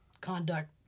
conduct